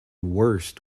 worst